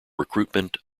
recruitment